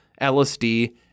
LSD